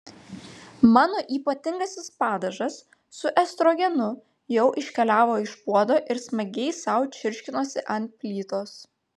mano ypatingasis padažas su estrogenu jau iškeliavo iš puodo ir smagiai sau čirškinosi ant plytos